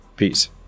Peace